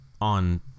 on